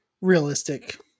realistic